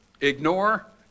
ignore